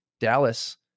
Dallas